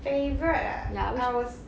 favourite ah I would S~